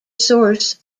source